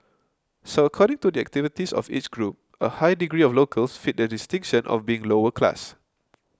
so according to the activities of each group a high degree of locals fit the distinction of being lower class